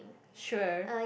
sure